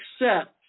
accept